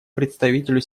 представителю